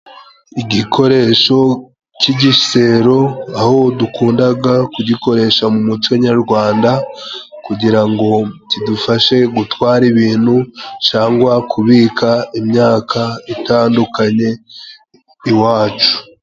Igikoresho c'igisero, aho dukundaga kugikoresha mu muco nyarwanda kugira ngo kidufashe gutwara ibintu cangwa kubika imyaka itandukanye iwacu.